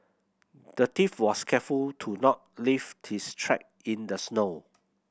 the thief was careful to not leave his track in the snow